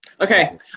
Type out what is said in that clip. Okay